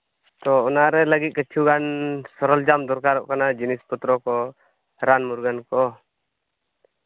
ᱛᱚ ᱚᱱᱟᱨᱮ ᱞᱟᱹᱜᱤᱫ ᱠᱤᱪᱷᱩᱜᱟᱱ ᱥᱚᱨᱚᱧᱡᱟᱢ ᱫᱚᱨᱠᱟᱨᱚᱜ ᱠᱟᱱᱟ ᱡᱤᱱᱤᱥ ᱯᱚᱛᱨᱚ ᱠᱚ ᱨᱟᱱ ᱢᱩᱨᱜᱟᱹᱱ ᱠᱚ